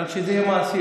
רק שזה יהיה מעשי.